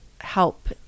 help